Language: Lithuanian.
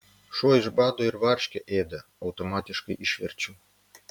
šuo iš bado ir varškę ėda automatiškai išverčiau